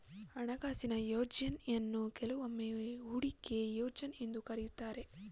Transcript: ಹಣಕಾಸಿನ ಯೋಜ್ನಯನ್ನು ಕೆಲವೊಮ್ಮೆ ಹೂಡಿಕೆ ಯೋಜ್ನ ಎಂದು ಕರೆಯುತ್ತಾರೆ